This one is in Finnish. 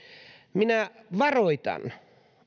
minä varoitan